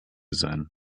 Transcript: sein